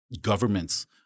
governments